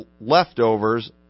leftovers